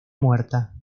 muerta